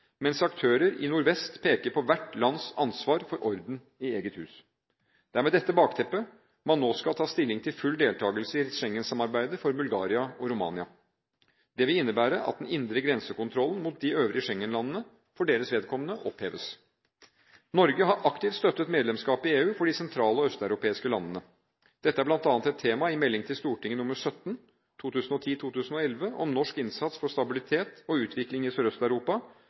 mens aktører i nordvest peker på hvert lands ansvar for orden i eget hus. Det er med dette som bakteppe man nå skal ta stilling til full deltakelse i Schengen-samarbeidet for Bulgaria og Romania. Det vil innebære at den indre grensekontrollen mot de øvrige Schengen-landene for deres vedkommende oppheves. Norge har aktivt støttet medlemskapet i EU for de sentrale og østeuropeiske landene. Dette er bl.a. et tema i Meld. St. 17 for 2010–2011 – om norsk innsats for stabilitet og utvikling i